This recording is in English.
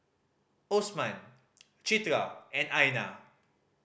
Osman Citra and Aina